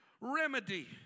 remedy